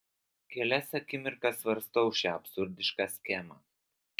kelias akimirkas svarstau šią absurdišką schemą